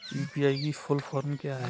UPI की full form क्या है?